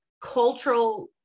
cultural